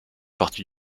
partie